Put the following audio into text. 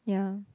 yeah